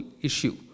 issue